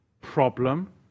problem